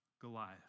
Goliath